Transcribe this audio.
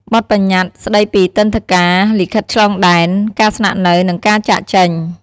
បទប្បញ្ញត្តិស្តីពីទិដ្ឋាការ លិខិតឆ្លងដែន ការស្នាក់នៅ និងការចាកចេញ។